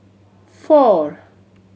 four